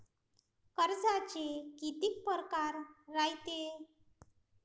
कर्जाचे कितीक परकार रायते?